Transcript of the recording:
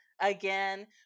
again